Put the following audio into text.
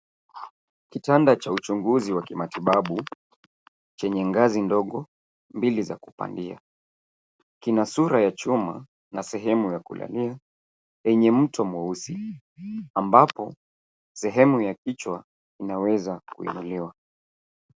Kitanda cha uchunguzi wa kimatibabu chenye ngazi ndogo mbili za kupandia. Kina sura ya chuma na sehemu ya kulalia yenye mto mweusi ambapo sehemu ya kichwa inaweza kuinuliwa.